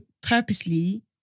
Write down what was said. purposely